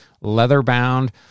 leather-bound